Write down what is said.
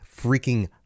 freaking